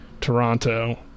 Toronto